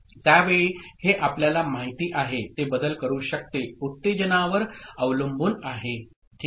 त्या वेळी हे आपल्याला माहिती आहे ते बदल करू शकते उत्तेजनावर अवलंबून आहे ठीक